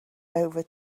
over